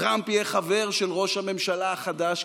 טראמפ יהיה חבר של ראש הממשלה החדש,